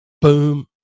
boom